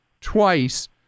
twice